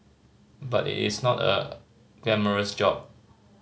but it is not a glamorous job